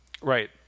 Right